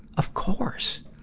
of course!